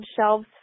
shelves